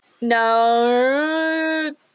No